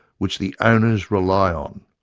which the owners rely on.